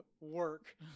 work